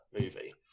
movie